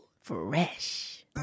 Fresh